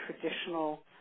traditional